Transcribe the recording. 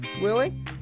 Willie